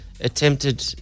attempted